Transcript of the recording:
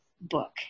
book